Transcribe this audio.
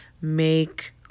make